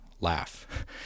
laugh